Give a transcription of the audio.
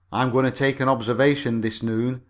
i'm going to take an observation this noon.